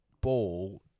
ball